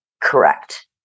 Correct